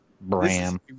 Bram